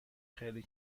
خیلی